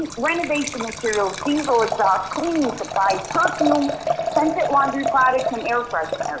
renovation materials, diesel exhaust, cleaning supplies, personal scented laundry products, and air fresheners.